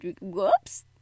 whoops